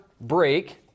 break